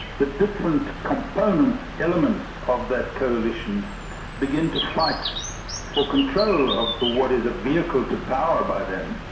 the different component elements of that coalition begin to fight for control of the what is a vehicle to power by then,